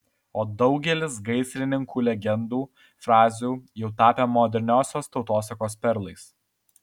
o daugelis gaisrininkų legendų frazių jau tapę moderniosios tautosakos perlais